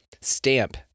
Stamp